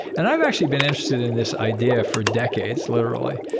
and i've actually been interested in this idea for decades, literally.